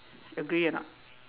agree or not